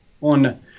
on